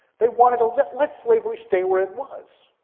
they wanted to let let slavery stay where it was.